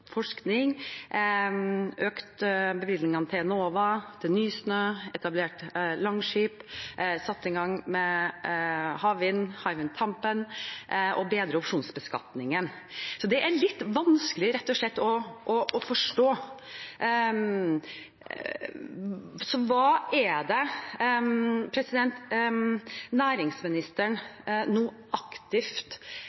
forskning, økte bevilgningene til Enova og til Nysnø, etablerte Langskip, satte i gang med havvind, Hywind Tampen, og bedret opsjonsbeskatningen. Så det er rett og slett litt vanskelig å forstå. Hva er det næringsministeren